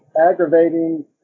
aggravating